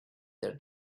their